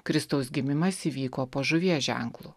kristaus gimimas įvyko po žuvies ženklu